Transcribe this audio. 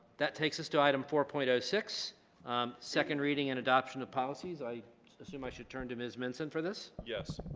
that takes us to item four point zero ah six um second reading and adoption of policies i assume i should turn to ms minson for this yes